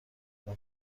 اون